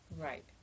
Right